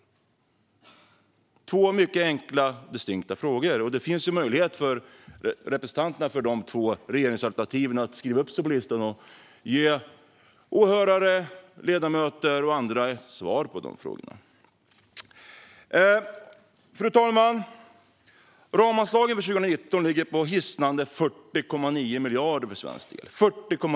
Detta är två mycket enkla, distinkta frågor, och det finns möjlighet för representanterna för de två regeringsalternativen att skriva upp sig på talarlistan och ge åhörare, ledamöter och andra svar på dem. Fru talman! Ramanslaget för 2019 ligger på hisnande 40,9 miljarder för svensk del.